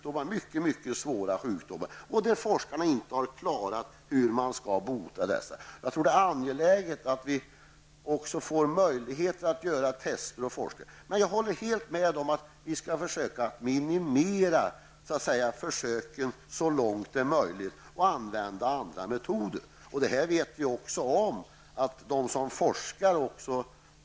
Det finns många svåra sjukdomar som forskarna ännu inte har funnit någon bot för. Det är angeläget att det finns möjligheter att kunna göra tester i samband med forskning. Jag håller helt med om att försöken skall minimeras så långt möjligt och att man i stället skall använda andra metoder.